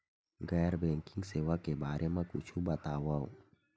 गैर बैंकिंग सेवा के बारे म कुछु बतावव?